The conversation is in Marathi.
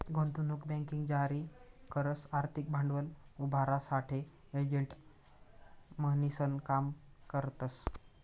गुंतवणूक बँकिंग जारी करस आर्थिक भांडवल उभारासाठे एजंट म्हणीसन काम करतस